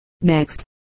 next